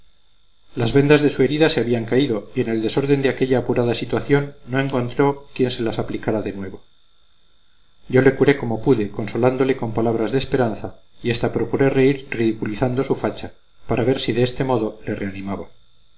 las vendas de su herida se habían caído y en el desorden de aquella apurada situación no encontró quien se las aplicara de nuevo yo le curé como pude consolándole con palabras de esperanza y hasta procuré reír ridiculizando su facha para ver si de este modo le reanimaba